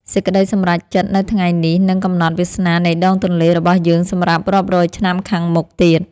សេចក្តីសម្រេចចិត្តនៅថ្ងៃនេះនឹងកំណត់វាសនានៃដងទន្លេរបស់យើងសម្រាប់រាប់រយឆ្នាំខាងមុខទៀត។